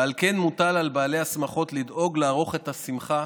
ועל כן מוטל על בעלי השמחות לדאוג לערוך את השמחה